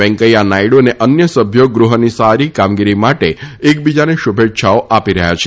વેંકૈયા નાયડુ અને અન્ય સભ્યો ગૃહની સારી કામગીરી માટે એકબીજાને શુભેચ્છાઓ આપી રહ્યા છે